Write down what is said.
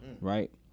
Right